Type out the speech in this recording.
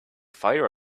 fire